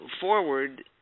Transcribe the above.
forward